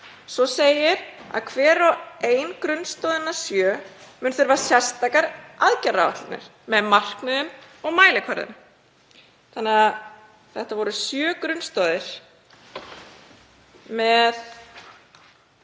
Svo segir að hver og ein grunnstoðanna sjö muni þurfa sérstakar aðgerðaáætlanir með markmiðum og mælikvörðum. Þetta voru því sjö grunnstoðir með,